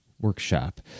workshop